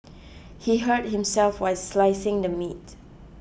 he hurt himself while slicing the meat